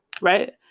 right